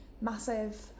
massive